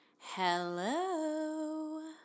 Hello